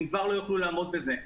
הם כבר לא יוכלו לעמוד בזה.